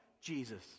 Jesus